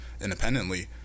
independently